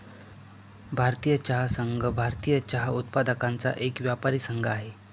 भारतीय चहा संघ, भारतीय चहा उत्पादकांचा एक व्यापारी संघ आहे